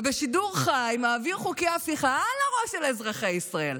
ובשידור חי מעביר חוקי הפיכה על הראש של אזרחי ישראל.